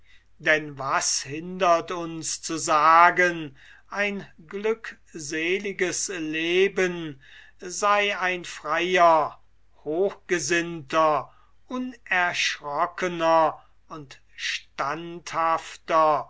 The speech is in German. denn was hindert uns zu sagen ein glückseliges leben sei ein freier hochgesinnter unerschrockener und standhafter